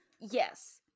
Yes